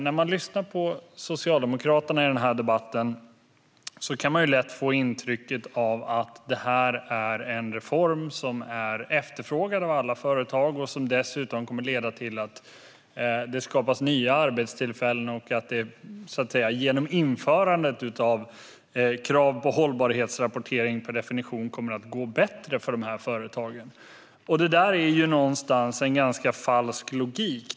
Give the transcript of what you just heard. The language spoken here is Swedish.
När man lyssnar på Socialdemokraterna i denna debatt kan man lätt få intrycket att det här är en reform som är efterfrågad av alla företag och som dessutom kommer att leda till att det skapas nya arbetstillfällen och att det genom införandet av krav på hållbarhetsrapportering per definition kommer att gå bättre för dessa företag. Det där är någonstans en ganska falsk logik.